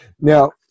now